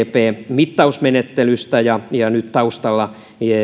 mittausmenettelystä nyt taustalla